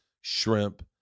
shrimp